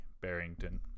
Barrington